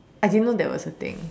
I didn't know that was a thing